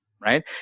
right